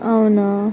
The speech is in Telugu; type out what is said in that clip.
అవునా